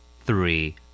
Three